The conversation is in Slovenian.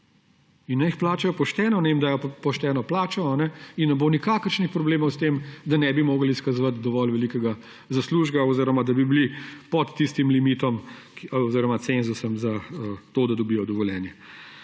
Naj jih plačajo pošteno, naj jim dajo pošteno plača in ne bo nikakršnih problemov s tem, da ne bi mogli izkazovati dovolj velikega zaslužka oziroma da bi bili pod tistim limitom oziroma cenzusom za to, da dobijo dovoljenje.